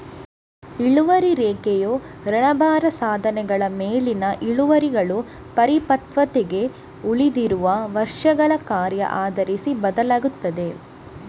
ಇಳುವರಿ ರೇಖೆಯು ಋಣಭಾರ ಸಾಧನಗಳ ಮೇಲಿನ ಇಳುವರಿಗಳು ಪರಿಪಕ್ವತೆಗೆ ಉಳಿದಿರುವ ವರ್ಷಗಳ ಕಾರ್ಯ ಆಧರಿಸಿ ಬದಲಾಗುತ್ತದೆ